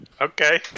Okay